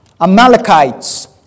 Amalekites